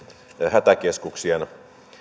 hätäkeskuksien